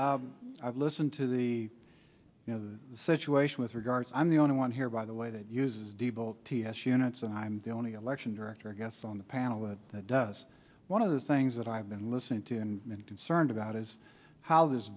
about i'd listen to the you know the situation with regards i'm the only one here by the way that uses deeble ts units and i'm the only election director i guess on the panel that does one of the things that i've been listening to and concerned about is how this